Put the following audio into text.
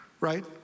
right